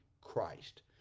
Christ